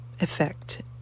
effect